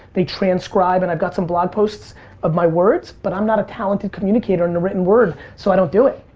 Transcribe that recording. they team transcribe, and i've got some blog posts of my words, but i'm not a talented communicator in a written word, so i don't do it,